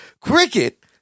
Cricket